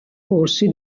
porsi